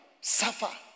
Suffer